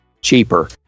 cheaper